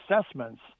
assessments